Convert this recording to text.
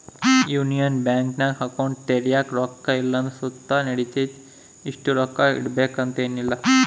union ಬ್ಯಾಂಕಿನಾಗ account ತೆರ್ಯಾಕ ರೊಕ್ಕ ಇಲ್ಲಂದ್ರ ಸುತ ನಡಿತತೆ, ಇಷ್ಟು ರೊಕ್ಕ ಇಡುಬಕಂತ ಏನಿಲ್ಲ